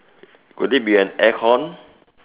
could it be an aircon